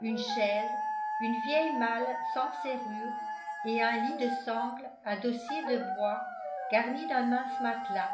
une chaise une vieille malle sans serrure et un lit de sangle à dossier de bois garni d'un mince matelas